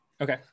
Okay